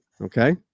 Okay